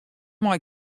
mei